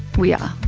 we are.